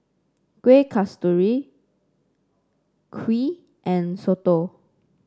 Kueh Kasturi Kuih and Soto